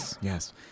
Yes